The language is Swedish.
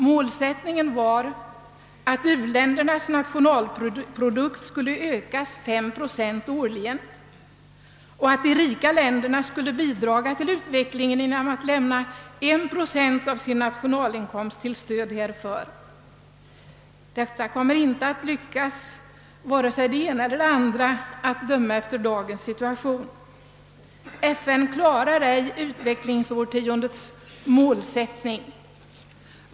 Målsättningen var att uländernas nationalprodukt skulle ökas 5 procent årligen och att de rika länderna skulle bidraga till utvecklingen genom att lämna 1 procent av sin nationalinkomst till stöd härför. Detta kommer inte lyckas, vare sig det ena eller det andra, att döma av dagens situation. FN klarar inte utvecklingsårtiondets målsättning.